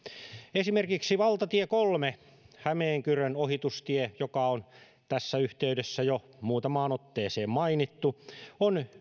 esimerkiksi valtatie kolme hämeenkyrön ohitustie joka on tässä yhteydessä jo muutamaan otteeseen mainittu on